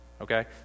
okay